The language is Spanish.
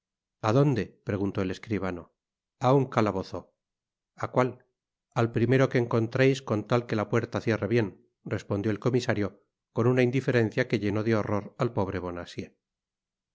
a donde preguntó el escribano a un ealabozo a cual al primero que encontreis con tal que la puerta cierre bien respondió el comisario con una indiferencia que llenó de horror al pobre